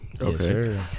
Okay